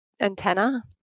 antenna